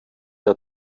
der